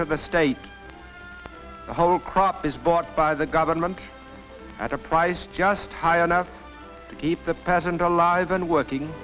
to the state the whole crop is bought by the government at a price just higher enough to keep the patent alive and working